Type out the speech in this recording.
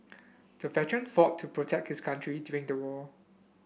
the veteran fought to protect his country during the war